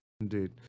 Indeed